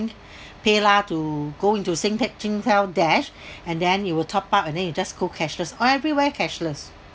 PayLah to go into Singtel Singtel dash and then you will top up and then you just go cashless everywhere cashless